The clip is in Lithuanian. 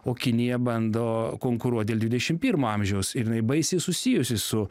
o kinija bando konkuruot dėl dvidešimt pirmo amžiaus ir jinai baisiai susijusi su